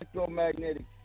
electromagnetic